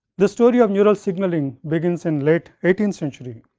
the story of neural signaling begins in late eighteenth century.